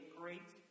great